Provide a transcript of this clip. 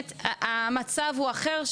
המצב הוא אחר,